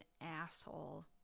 asshole